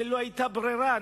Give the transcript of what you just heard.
לא היתה ברירה.